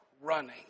running